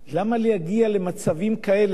למה להגיע למצבים כאלה,